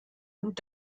und